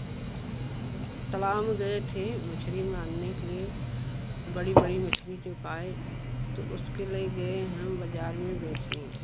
तलाब गए थे मछली मारने के लिए बड़ी बड़ी मछली जो पाए तो उसको ले गए हम बाज़ार में बेचने